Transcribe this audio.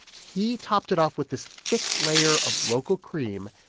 he topped it off with this thick layer of local cream.